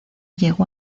llegó